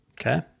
Okay